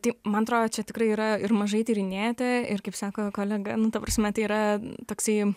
tai man atro čia tikrai yra ir mažai tyrinėta ir kaip sako kolega nu ta prasme tai yra toksai